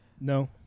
No